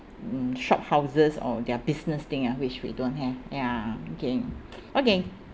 mm shophouses or their business thing ah which we don't have ya okay okay